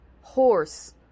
horse